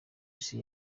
isi